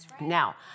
Now